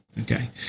Okay